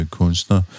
kunstner